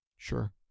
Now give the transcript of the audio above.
Sure